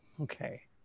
okay